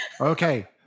Okay